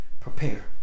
Prepare